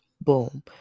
boom